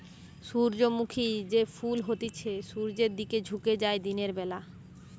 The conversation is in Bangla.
সূর্যমুখী যে ফুল হতিছে সূর্যের দিকে ঝুকে যায় দিনের বেলা